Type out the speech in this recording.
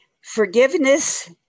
forgiveness